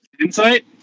insight